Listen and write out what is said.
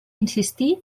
insistir